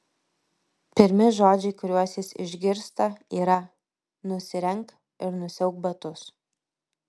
pirmi žodžiai kuriuos jis išgirsta yra nusirenk ir nusiauk batus